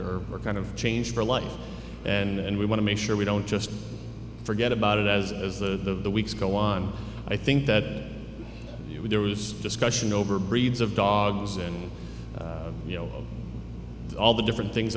we're kind of change for life and we want to make sure we don't just forget about it as as the weeks go on i think that there was discussion over breeds of dogs and you know all the different things